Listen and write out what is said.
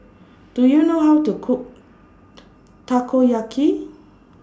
Do YOU know How to Cook Takoyaki